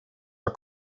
are